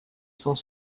cent